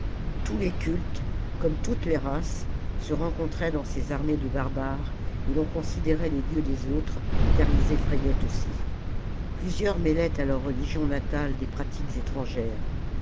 tous les cultes comme toutes les races se rencontraient dans ces armées de barbares et l'on considérait les dieux des autres car ils effrayaient aussi plusieurs mêlaient à leur religion natale des pratiques étrangères